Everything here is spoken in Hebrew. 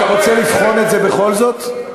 אתה רוצה לבחון את זה בכל זאת?